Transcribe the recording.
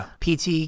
PT